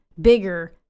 bigger